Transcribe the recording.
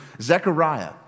Zechariah